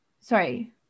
sorry